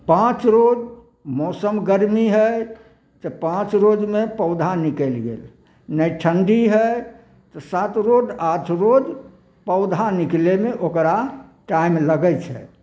पाँच रोज मौसम गर्मी हइ तऽ पाँच रोजमे पौधा निकलि गेल नहि ठण्ढी हइ तऽ सात रोज आठ रोज पौधा निकलेमे ओकरा टाइम लगै छै